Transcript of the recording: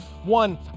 One